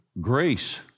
grace